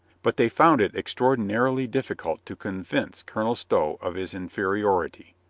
but they found it extraordi narily difficult to convince colonel stow of his in feriority.